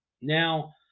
Now